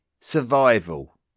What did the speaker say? survival